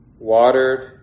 watered